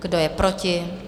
Kdo je proti?